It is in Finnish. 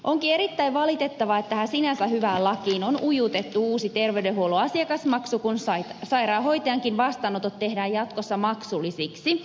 onkin erittäin valitettavaa että tähän sinänsä hyvään lakiin on ujutettu uusi terveydenhuollon asiakasmaksu kun sairaanhoitajankin vastaanotot tehdään jatkossa maksullisiksi